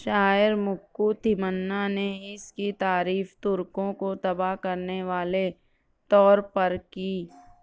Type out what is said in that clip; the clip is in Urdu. شاعر مُکّو تِھمنّا نے اس کی تعریف ترکوں کو تباہ کرنے والے طور پر کی